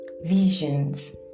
visions